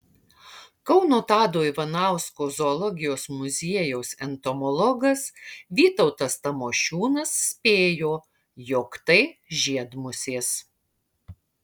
kauno tado ivanausko zoologijos muziejaus entomologas vytautas tamošiūnas spėjo jog tai žiedmusės